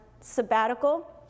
sabbatical